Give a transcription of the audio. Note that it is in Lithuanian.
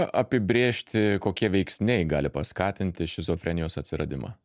apibrėžti kokie veiksniai gali paskatinti šizofrenijos atsiradimą